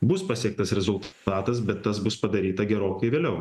bus pasiektas rezultatas bet tas bus padaryta gerokai vėliau